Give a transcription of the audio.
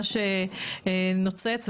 מה שנראה נוצץ,